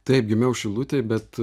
taip gimiau šilutėj bet